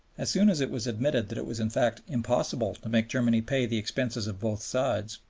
as soon as it was admitted that it was in fact impossible to make germany pay the expenses of both sides,